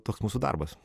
toks mūsų darbas